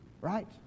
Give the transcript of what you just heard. Right